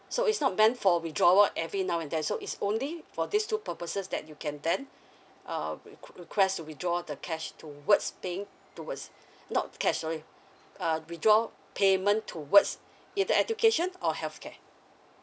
so it's not meant for withdrawal every now and there so is only for these two purposes that you can then uh request request to withdraw the cash towards paying towards not cash sorry uh withdraw payment towards either education or health care